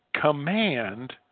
command